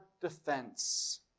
defense